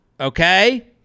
Okay